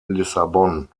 lissabon